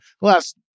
last